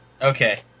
Okay